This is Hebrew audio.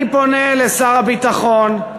אני פונה לשר הביטחון,